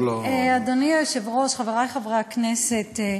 אדוני היושב-ראש, חברי חברי הכנסת,